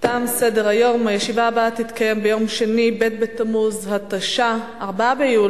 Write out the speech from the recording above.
לפיכך אני קובעת שההצעה לסדר-היום בנושא: דרישה לתואר אקדמי